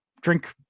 drink